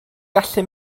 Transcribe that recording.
gallu